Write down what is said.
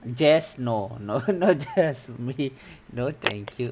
jazz no no no jazz really no thank you